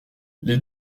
les